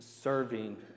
serving